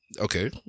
Okay